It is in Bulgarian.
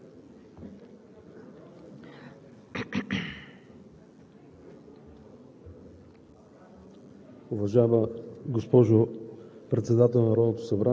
Благодаря, уважаеми господин Ципов. Господин Министър, заповядайте.